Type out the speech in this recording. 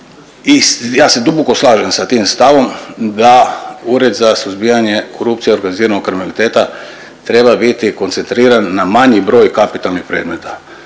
ja se duboko slažem sa tim stavom da ured za suzbijanje korupcije i organiziranog kriminaliteta treba biti koncentriran na manji broj kapitalnih predmeta.